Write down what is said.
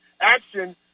action